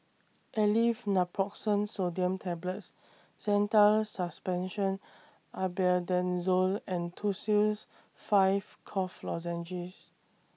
Aleve Naproxen Sodium Tablets Zental Suspension Albendazole and Tussils five Cough Lozenges